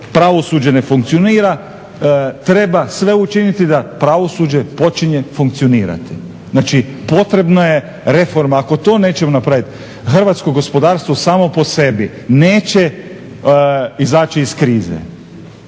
pravosuđe ne funkcionira treba sve učiniti da pravosuđe počinje funkcionirati. Znači potrebna je reforma. Ako to nećemo napraviti hrvatsko gospodarstvo samo po sebi neće izaći iz krize.